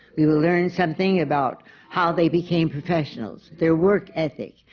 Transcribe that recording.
we will learn something about how they became professionals, their work ethic,